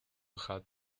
had